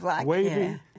wavy